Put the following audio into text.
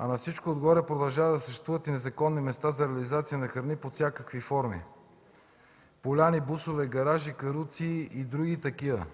На всичко отгоре продължава да съществуват и незаконни места за реализация на храни под всякакви форми – поляни, бусове, гаражи, каруци и други такива.